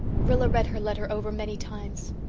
rilla read her letter over many times.